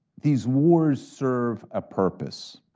these wars serve a purpose.